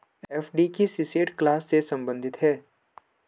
FD किस asset class से संबंधित है?